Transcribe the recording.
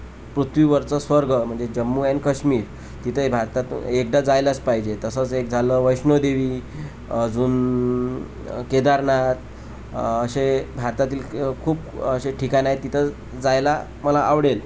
पृथ्वीवरचं स्वर्ग म्हणजे जम्मू अॅन्ड कश्मीर तिथे भारतात एकदा जायलाच पाहिजे तसंच एक झालं वैष्णवदेवी अजून केदारनाथ असे भारतातील क खूप असे ठिकाणं आहेत तिथं जायला मला आवडेल